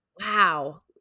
Wow